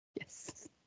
yes